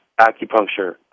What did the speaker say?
acupuncture